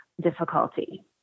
difficulty